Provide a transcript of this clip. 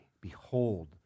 Behold